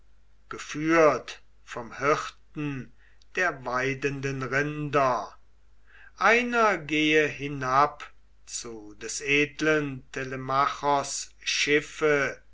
geführt vom hirten der weidenden rinder einer gehe hinab zu des edlen telemachos schiffe